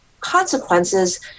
consequences